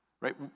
right